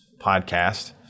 podcast